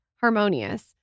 harmonious